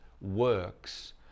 works